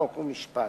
חוק ומשפט.